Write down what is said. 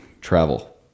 Travel